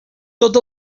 tot